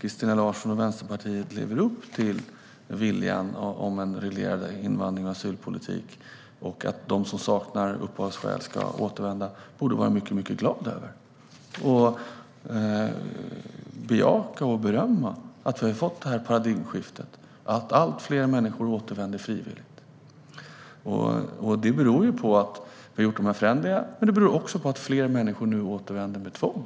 Christina Höj Larsen och Vänsterpartiet lever upp till viljan om reglerad invandring och asylpolitik och anser att de som saknar uppehållsskäl ska återvända borde de vara mycket glada över detta och bejaka och berömma att vi har fått det här paradigmskiftet och att allt fler människor återvänder frivilligt. Detta är någonting som beror på att vi har gjort de här förändringarna, men det beror också på att fler människor nu återvänder med tvång.